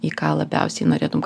į ką labiausiai norėtum